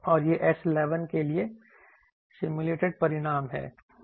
और यह S11 के लिए सिम्युलेटेड परिणाम है